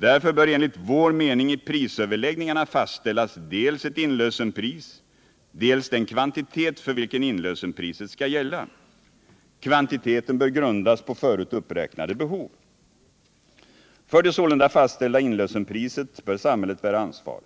Därför bör enligt vår mening i prisöverläggningarna fastställas dels ett inlösenpris, dels den kvantitet för vilken inlösenpriset skall gälla. Kvantiteten bör grundas på förut uppräknade behov. För det sålunda fastställda inlösenpriset bör samhället bära ansvaret.